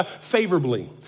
favorably